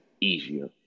easier